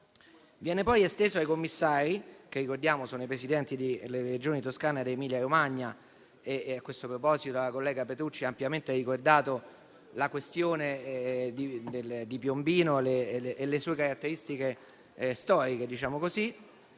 Viene poi esteso ai commissari, che ricordiamo sono i Presidenti delle Regioni Toscana ad Emilia-Romagna - a questo proposito la collega Petrucci ha ampiamente ricordato la questione di Piombino e le sue caratteristiche storiche - anche